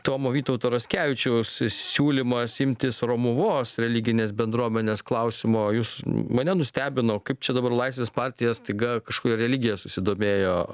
tomo vytauto raskevičiaus siūlymas imtis romuvos religinės bendruomenės klausimo jūs mane nustebino kaip čia dabar laisvės partija staiga kažkokia religija susidomėjo